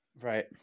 Right